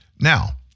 Now